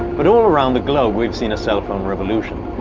but all around the globe, we've seen a cell phone revolution.